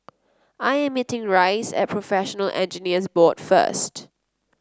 I am meeting Rice at Professional Engineers Board first